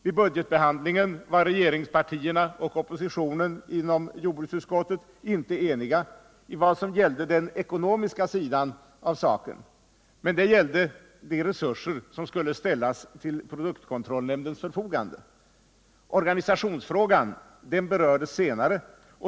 Vid budgetbehandlingen var regeringspartierna och oppositionen inom jordbruksutskottet inte eniga i vad gällde den ekonomiska sidan av saken. Det gällde de resurser som skulle ställas till produktkontrollnämndens förfogande. Organisationsfrågan berördes senare.